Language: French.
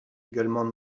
également